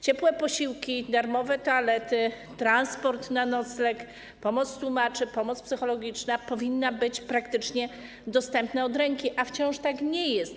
Ciepłe posiłki, darmowe toalety, transport na miejsce noclegu, pomoc tłumaczy, pomoc psychologiczna powinny być praktycznie dostępne od ręki, a wciąż tak nie jest.